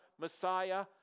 Messiah